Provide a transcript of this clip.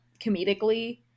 comedically